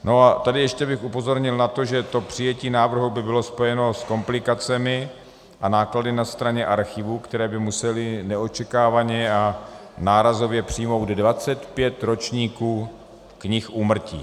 A tady ještě bych upozornil na to, že přijetí návrhu by bylo spojeno s komplikacemi a náklady na straně archivů, které by musely neočekávaně a nárazově přijmout 25 ročníků knih úmrtí.